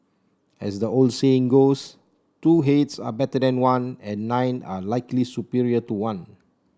as the old saying goes two heads are better than one and nine are likely superior to one